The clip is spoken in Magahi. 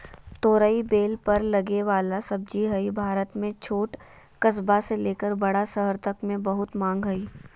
तोरई बेल पर लगे वला सब्जी हई, भारत में छोट कस्बा से लेकर बड़ा शहर तक मे बहुत मांग हई